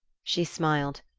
she smiled.